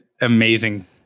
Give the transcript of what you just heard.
amazing